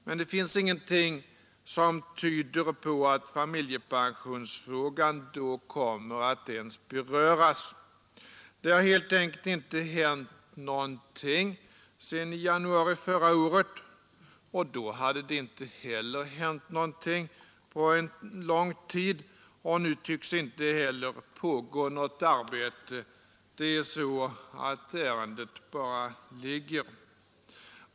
Men det finns ingenting som tyder på att familjepensionsfrågan då ens kommer att beröras. Det har helt enkelt inte hänt någonting sedan i januari förra året. Då hade det inte heller hänt någonting på lång tid, och nu tycks inte något arbete pågå. Ärendet bara ligger.